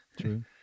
true